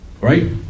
Right